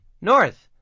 North